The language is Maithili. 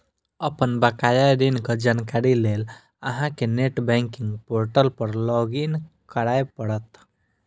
अपन बकाया ऋणक जानकारी लेल अहां कें नेट बैंकिंग पोर्टल पर लॉग इन करय पड़त